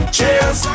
Cheers